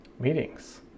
meetings